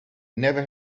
never